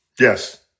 Yes